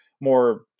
more